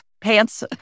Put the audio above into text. pants